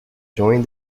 joined